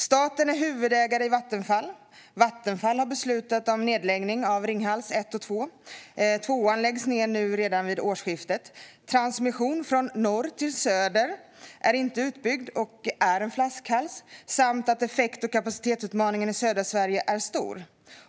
Staten är huvudägare i Vattenfall. Vattenfall har beslutat om nedläggning av Ringhals 1 och 2. Tvåan läggs ned redan nu vid årsskiftet. Transmissionen från norr till söder är inte utbyggd och är en flaskhals. Dessutom är effekt och kapacitetsutmaningen i södra Sverige stor.